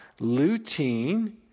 lutein